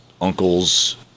uncles